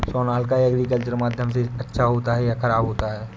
Sonalika agriculture माध्यम से अच्छा होता है या ख़राब होता है?